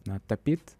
na tapyt